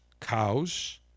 cows